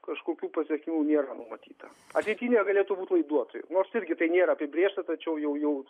kažkokių pasekmių nėra numatyta ateity negalėtų būt laiduotoju nors irgi tai nėra apibrėžta tačiau jau jau